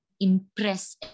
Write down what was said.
impress